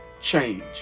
change